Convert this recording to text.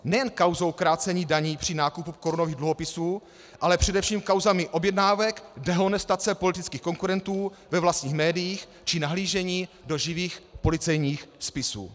Nejen kauzou krácení daní při nákupu korunových dluhopisů, ale především kauzami objednávek dehonestace politických konkurentů ve vlastních médiích či nahlížení do živých policejních spisů.